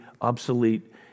obsolete